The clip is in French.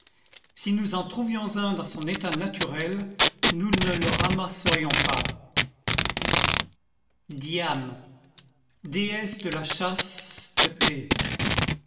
si nous en trouvions un dans son état naturel nous ne le ramasserions pas diane déesse de la